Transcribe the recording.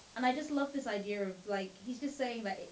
and i just love this idea of like he's just saying but it.